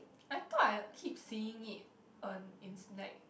I thought I keep seeing it on in like